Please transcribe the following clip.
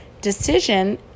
decision